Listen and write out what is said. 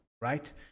right